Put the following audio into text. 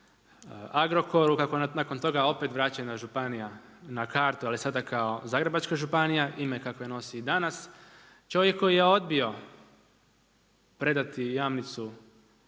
Agrokoru, kako je nakon toga opet vraćena županija na kartu ali sada kao Zagrebačka županija, ime kakvo nosi i danas. Čovjek koji je odbio predati Jamnicu